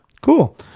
cool